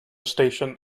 station